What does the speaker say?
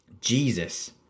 Jesus